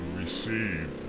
receive